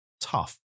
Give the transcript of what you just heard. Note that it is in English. tough